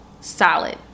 solid